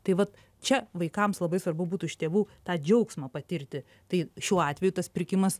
tai vat čia vaikams labai svarbu būtų iš tėvų tą džiaugsmą patirti tai šiuo atveju tas pirkimas